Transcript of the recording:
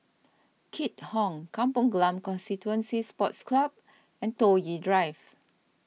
Keat Hong Kampong Glam Constituency Sports Club and Toh Yi Drive